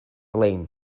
lein